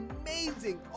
amazing